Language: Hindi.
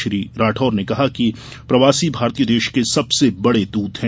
श्री राठौड़ ने कहा कि प्रवासी भारतीय देश के सबसे बड़े दूत हैं